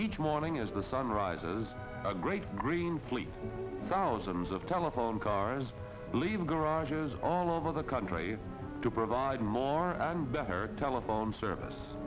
each morning as the sun rises a great green fleet thousands of telephone cars leave garages all over the country to provide more i'm better telephone service